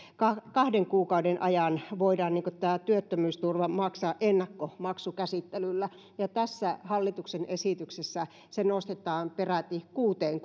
kahden kuukauden ajan voidaan työttömyysturva maksaa ennakkomaksukäsittelyllä ja tässä hallituksen esityksessä se nostetaan peräti kuuteen